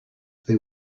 they